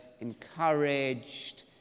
encouraged